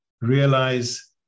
Realize